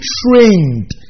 trained